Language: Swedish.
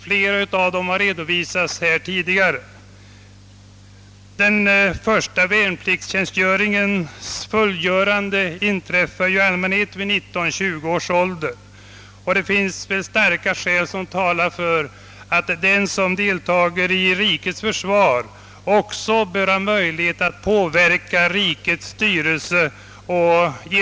Flera av dem har redovisats här tidigare. Den första värnpliktstjänstgöringens fullgörande inträffar i allmänhet vid 19—20 års ålder, och starka skäl torde tala för att den som deltar i rikets försvar också bör ha möjlighet att påverka rikets styrelse.